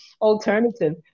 alternative